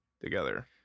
together